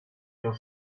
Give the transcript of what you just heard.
your